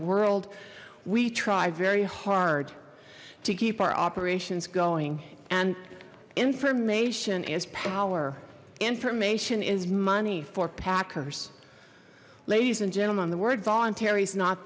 world we try very hard to keep our operations going and information is power information is money for packers ladies and gentlemen the word voluntary is not